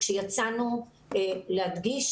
צריך להדגיש